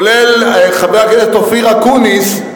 כולל חבר הכנסת אופיר אקוניס,